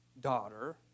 daughter